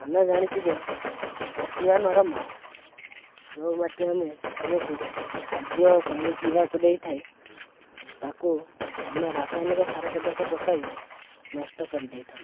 ଆମେ ଜାଣିଛୁ ଯେ ମାଟି ଆମର ମାଆ ଆମକୁ ଖାଦ୍ୟ ପାଣି ପିଇବାକୁ ଦେଇଥାଏ ତାକୁ ଆମେ ରାସାୟନିକ ସାର ପଦାର୍ଥ ପକାଇ ନଷ୍ଟ କରିଦେଇଥାଉ